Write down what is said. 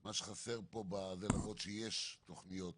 שמה שחסר פה, וזה נכון שיש תכניות